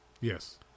Yes